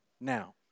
Now